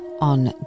on